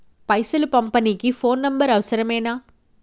పైసలు పంపనీకి phone number అవసరమేనా?